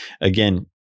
again